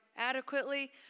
Adequately